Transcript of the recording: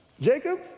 Jacob